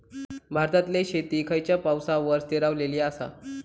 भारतातले शेती खयच्या पावसावर स्थिरावलेली आसा?